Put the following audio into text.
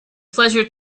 pleasure